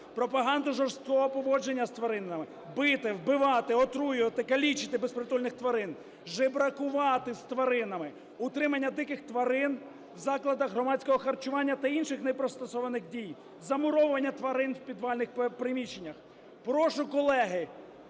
пропаганду жорстокого поводження з тваринами, бити, вбивати, отруювати, калічити безпритульних тварин, жебракувати з тваринами, утримання диких тварин в закладах громадського харчування та інших непристосованих дій, замуровування тварин в підвальних приміщеннях. Прошу, колеги,